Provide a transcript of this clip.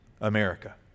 America